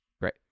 Great